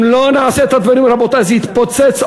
אם לא נעשה את הדברים, רבותי, זה יתפוצץ.